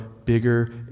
bigger